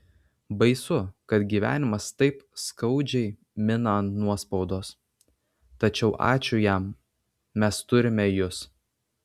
baisu kad gyvenimas taip skaudžiai mina ant nuospaudos tačiau ačiū jam mes turime jus